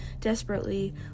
desperately